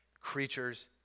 creatures